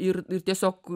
ir ir tiesiog